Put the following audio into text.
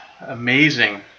amazing